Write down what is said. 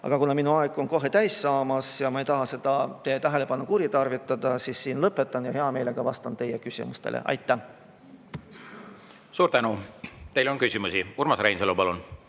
aga kuna minu aeg on kohe täis saamas ja ma ei taha teie tähelepanu kuritarvitada, siis lõpetan ja vastan hea meelega teie küsimustele. Aitäh! Suur tänu! Teile on küsimusi. Urmas Reinsalu, palun!